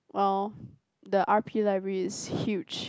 oh the R_P library is huge